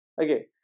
okay